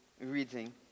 reading